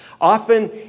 Often